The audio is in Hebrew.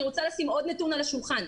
אני רוצה לשים עוד נתון על השולחן.